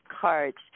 cards